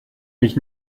mich